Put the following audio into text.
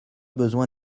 besoin